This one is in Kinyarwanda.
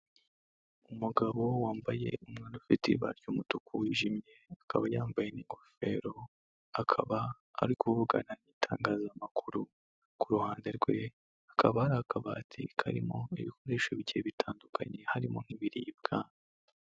Umugabo wambaye umwenda ufite ibara ry'umutuku wijimye, akaba yambaye n'ingofero akaba ari kuvugana n'itangazamakuru, ku ruhande rwe hakaba hari akabati karimo ibikoresho bigiye bitandukanye harimo nk'ibiribwa.